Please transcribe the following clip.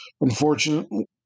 Unfortunately